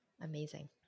Amazing